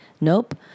Nope